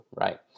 right